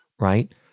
right